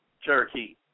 Cherokee